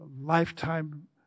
lifetime